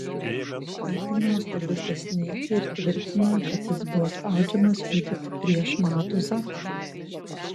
kaltinimus lobistas neigia ir tvirtina kad jis buvo spaudžiamas liudyti prieš matuzą